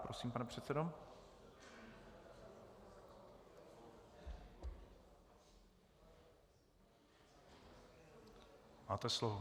Prosím, pane předsedo, máte slovo.